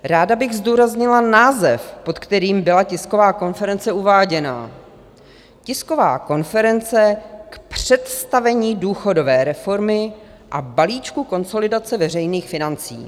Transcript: Ráda bych zdůraznila název, pod kterým byla tisková konference uváděna Tisková konference k představení důchodové reformy a balíčku konsolidace veřejných financí.